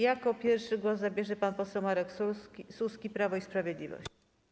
Jako pierwszy głos zabierze pan poseł Marek Suski, Prawo i Sprawiedliwość.